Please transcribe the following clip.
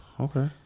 Okay